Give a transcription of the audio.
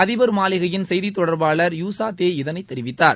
அதிபர் மாளிகையின் செய்தி தொடர்பாளர் யூ ஸா தேய் இதனை தெரிவித்தார்